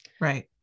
Right